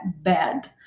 bad